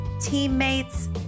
teammates